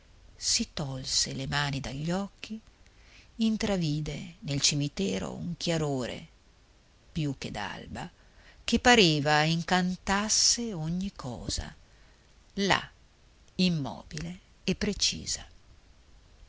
si tolse le mani dagli occhi intravide nel cimitero un chiarore più che d'alba che pareva incantasse ogni cosa là immobile e precisa